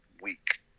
week